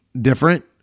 different